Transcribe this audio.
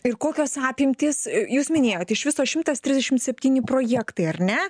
ir kokios apimtys jūs minėjot iš viso šimtas trisdešim septyni projektai ar ne